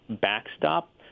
backstop